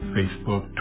Facebook